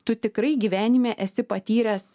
tu tikrai gyvenime esi patyręs